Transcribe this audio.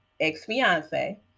ex-fiance